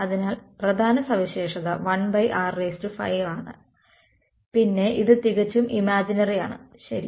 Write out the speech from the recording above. അതിനാൽ പ്രധാന സവിശേഷത 1r5 ആണ് പിന്നെ ഇത് തികച്ചും ഇമാജിനറിയാണ് ശരി